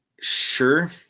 Sure